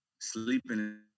sleeping